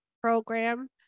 program